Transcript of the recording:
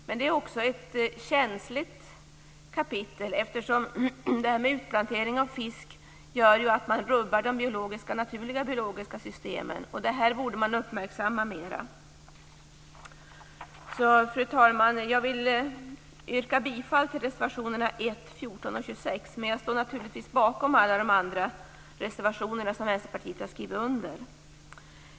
Men detta är ett känsligt kapitel eftersom utplanteringen av fisk gör att de naturliga biologiska systemen rubbas. Detta borde uppmärksammas mera. Fru talman! Jag yrkar bifall till reservationerna 1, 14 och 26, men jag står naturligtvis också bakom övriga reservationer som vi i Vänsterpartiet har skrivit under.